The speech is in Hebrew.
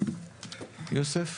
יוסף?